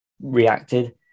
Reacted